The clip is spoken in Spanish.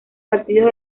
partidos